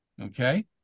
Okay